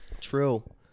True